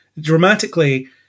Dramatically